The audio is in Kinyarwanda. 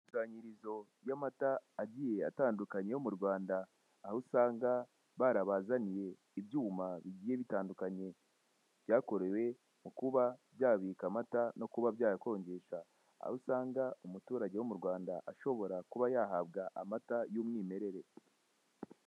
Amakusanyirizo y'amata agiye atandukanye yo mu Rwanda aho usanga barabazaniye ibyuma bigiye bitandukanye byakorewe mu kuba byabika amata no kuba byayakonjesha. Aho usanga umuturage wo mu Rwanda ashobora kuba yahabwa amata y'umwimerere.